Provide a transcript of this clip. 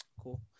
cool